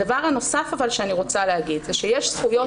הדבר הנוסף שאני רוצה להגיד הוא שיש זכויות